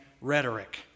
rhetoric